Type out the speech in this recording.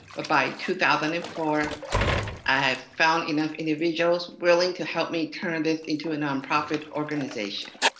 by two thousand and four i had found enough individuals willing to help me turn this into a nonprofit organization.